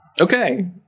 Okay